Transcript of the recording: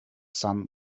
sun